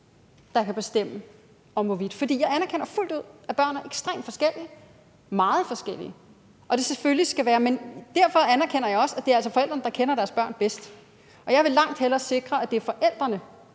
der kan bestemme. Jeg anerkender fuldt ud, at børn er ekstremt forskellige, og derfor anerkender jeg også, at det altså er forældrene, der kender deres børn bedst, og jeg vil langt hellere sikre, at det er forældrene,